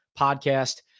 podcast